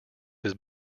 his